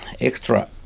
extra